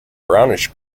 brownish